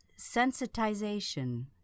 Sensitization